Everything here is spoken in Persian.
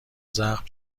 زخم